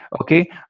okay